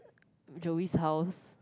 Joey's house